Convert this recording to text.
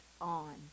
on